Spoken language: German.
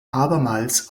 abermals